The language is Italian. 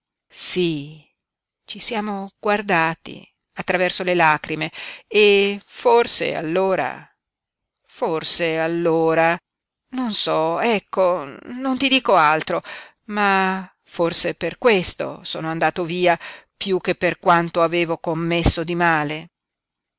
sí ci siamo guardati attraverso le lacrime e forse allora forse allora non so ecco non ti dico altro ma forse per questo sono andato via piú che per quanto avevo commesso di male